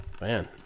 Man